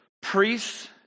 Priests